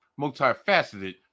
multifaceted